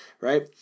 Right